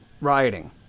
rioting